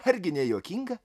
argi nejuokinga